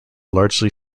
largely